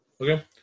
Okay